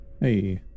Hey